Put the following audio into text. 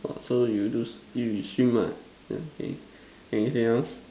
orh so you do s~ you you swim ah orh K anything else